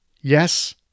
Yes